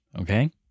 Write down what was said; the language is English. Okay